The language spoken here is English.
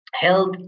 health